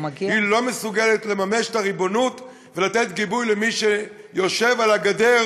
היא לא מסוגלת לממש את הריבונות ולתת גיבוי למי שיושב על הגדר,